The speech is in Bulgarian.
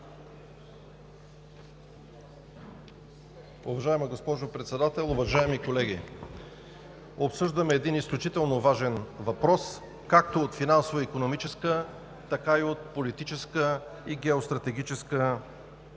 Уважаема госпожо Председател, уважаеми колеги! Обсъждаме един изключително важен въпрос както от финансово-икономическа, така и от политическа и геостратегическа същност.